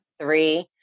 Three